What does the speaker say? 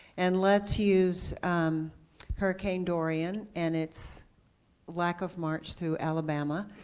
and let's use um hurricane dorian, and its lack of march through alabama,